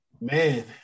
man